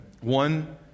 one